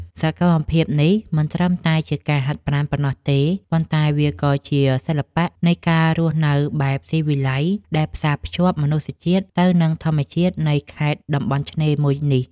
សកម្មភាពនេះមិនត្រឹមតែជាការហាត់ប្រាណប៉ុណ្ណោះទេ ប៉ុន្តែវាក៏ជាសិល្បៈនៃការរស់នៅបែបស៊ីវិល័យដែលផ្សារភ្ជាប់មនុស្សជាតិទៅនឹងធម្មជាតិនៃខេត្តតំបន់ឆ្នេរមួយនេះ។